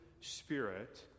Spirit